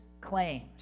claims